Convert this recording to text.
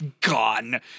gone